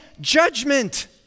judgment